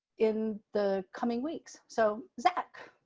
in the coming weeks. so zack,